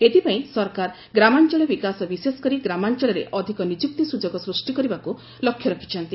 ଏଥପାଇଁ ସରକାର ଗ୍ରାମାଞ୍ଚଳ ବିକାଶ ବିଶେଷକରି ଗ୍ରାମାଞ୍ଚଳରେ ଅଧିକ ନିଯୁକ୍ତି ସ୍ୱଯୋଗ ସୃଷ୍ଟି କରିବାକୁ ଲକ୍ଷ୍ୟ ରଖିଛନ୍ତି